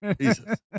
Jesus